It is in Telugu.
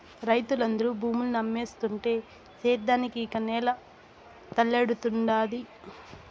రైతులందరూ భూముల్ని అమ్మేస్తుంటే సేద్యానికి ఇక నేల తల్లేడుండాది